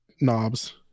knobs